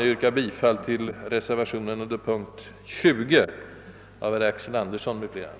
Jag yrkar bifall till reservationen av herr Axel Andersson m.fl. under punkt 20.